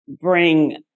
bring